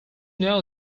know